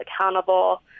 accountable